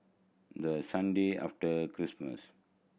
the Sunday after Christmas